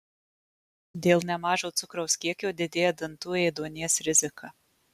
dėl nemažo cukraus kiekio didėja dantų ėduonies rizika